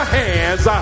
hands